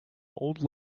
old